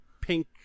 pink